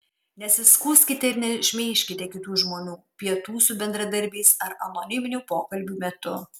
nesiskųskite ir nešmeižkite kitų žmonių pietų su bendradarbiais ar anoniminių pokalbių metų